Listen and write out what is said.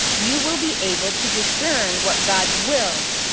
you will be able to discern what god's will,